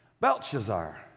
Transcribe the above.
Belshazzar